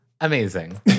Amazing